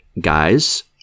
Guys